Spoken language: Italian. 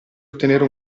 ottenere